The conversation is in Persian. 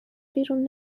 بیرون